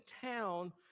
town